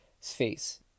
space